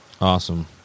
Awesome